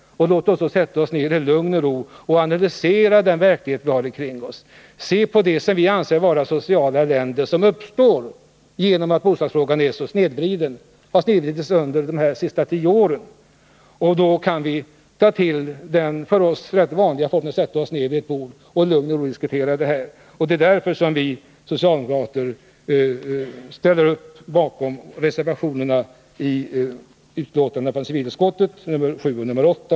Låt oss då i lugn och ro sätta oss ner kring ett bord för att analysera den verklighet vi har omkring oss och se på det som vi anser vara det sociala elände som uppstår genom att bostadsfrågan blivit så snedvriden under de här sista tio åren! — Det är därför som vi socialdemokrater ställer upp bakom reservationerna vid civilutskottets betänkanden nr 7 och 8.